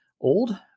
old